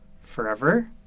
forever